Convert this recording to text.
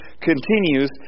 continues